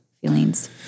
feelings